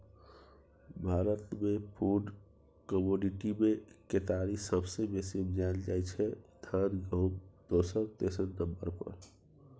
भारतमे फुड कमोडिटीमे केतारी सबसँ बेसी उपजाएल जाइ छै धान गहुँम दोसर तेसर नंबर पर